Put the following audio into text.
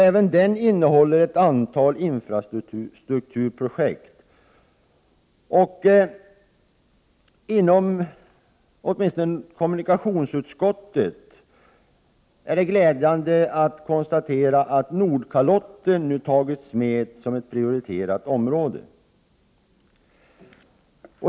Även den innehåller ett antal infrastrukturprojekt. Och det är glädjande, åtminstone för ledamöterna i rådets kommunikationsutskott, att Nordkalotten nu tagits med som ett prioriterat område.